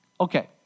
Okay